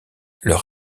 leur